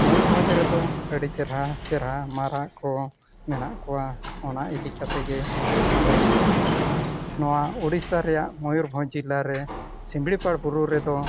ᱢᱚᱭᱩᱨᱵᱷᱚᱸᱡᱽ ᱨᱮᱫᱚ ᱟᱹᱰᱤ ᱪᱮᱦᱨᱟ ᱪᱮᱦᱨᱟ ᱢᱟᱨᱟᱜ ᱠᱚ ᱢᱮᱱᱟᱜ ᱠᱚᱣᱟ ᱚᱱᱟ ᱤᱫᱤ ᱠᱟᱛᱮᱫ ᱜᱮ ᱟᱞᱮ ᱱᱚᱣᱟ ᱩᱲᱤᱥᱥᱟ ᱨᱮᱭᱟᱜ ᱢᱚᱭᱩᱨᱵᱷᱚᱸᱡᱽ ᱡᱮᱞᱟᱨᱮ ᱥᱤᱢᱲᱤᱯᱟᱲ ᱵᱩᱨᱩ ᱨᱮᱫᱚ